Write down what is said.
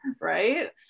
right